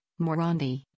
Morandi